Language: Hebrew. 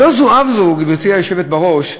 לא זו אף זו, גברתי היושבת בראש,